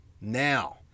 Now